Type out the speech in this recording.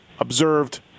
observed